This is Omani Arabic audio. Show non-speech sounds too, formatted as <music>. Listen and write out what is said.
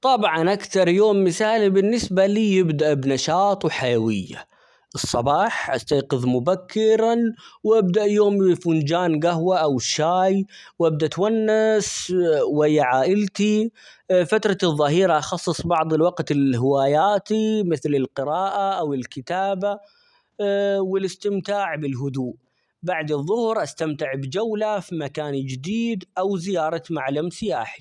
طبعًا أكتر يوم مثالي بالنسبة لي يبدأ بنشاط ،وحيوية، الصباح استيقظ مبكرًا وأبدأ يومي، فنجان قهوة أو شاي ،وأبدأ أتونس <hesitation> ويا عائلتي <hesitation> فترة الظهيرة اخصص بعض الوقت لهواياتي مثل القراءة، أو الكتابة <hesitation> والاستمتاع بالهدوء ،بعد الظهر استمتع بجولة في مكان جديد، أو زيارة معلم سياحي.